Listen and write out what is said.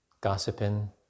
Gossiping